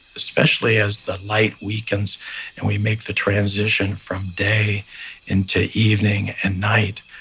especially as the light weakens and we make the transition from day into evening and night.